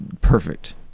perfect